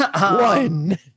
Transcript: One